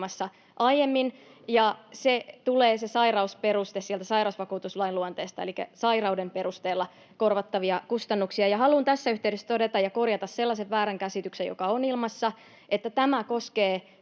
aiemmin, ja se sairausperuste tulee sieltä sairausvakuutuslain luonteesta, elikkä sairauden perusteella korvattavia kustannuksia. Haluan tässä yhteydessä todeta ja korjata väärän käsityksen, joka on ilmassa, että tämä koskee